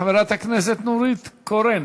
חברת הכנסת נורית קורן,